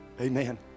Amen